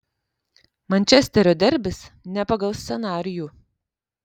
mančesterio derbis ne pagal scenarijų